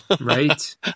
Right